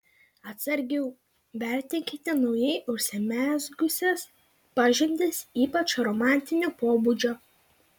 atsargiau vertinkite naujai užsimezgusias pažintis ypač romantinio pobūdžio